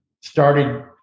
started